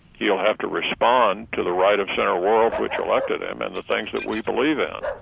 he'll have to respond to the right-of-center world which elected him and the things that we believe in.